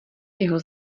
jeho